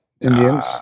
Indians